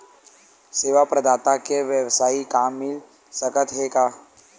सेवा प्रदाता के वेवसायिक काम मिल सकत हे का?